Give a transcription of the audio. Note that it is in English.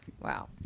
Wow